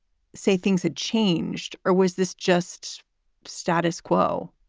say things have changed or was this just status quo?